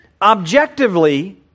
objectively